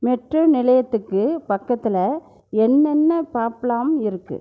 metro நிலையத்துக்கு பக்கத்தில் என்னென்ன பப்லம் இருக்கு